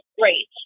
great